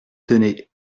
tenez